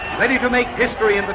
ready to make history in the